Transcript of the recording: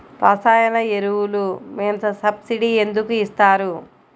రసాయన ఎరువులు మీద సబ్సిడీ ఎందుకు ఇస్తారు?